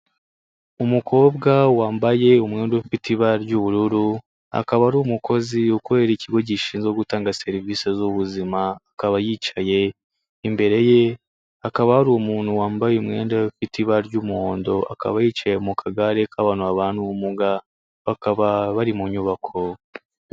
Umukobwa wambaye umwenda ufite ibara ry'ubururu, akaba ari umukozi ukorera ikigo gishinzwe gutanga serivisi z'ubuzima, akaba yicaye, imbere ye hakaba ari umuntu wambaye umwenda ufite ibara ry'umuhondo, akaba yicaye mu kagare k'abantu bana n'ubumuga, bakaba bari mu nyubako.